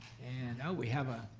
and oh, we have a